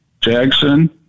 Jackson